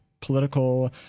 political